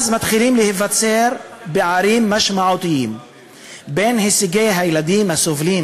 מתחילים להיווצר פערים משמעותיים בין הישגי הילדים הסובלים